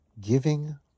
giving